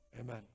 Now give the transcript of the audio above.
amen